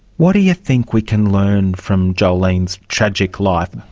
what do you think we can learn from jolene's tragic life?